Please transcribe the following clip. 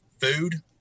food